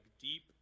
deep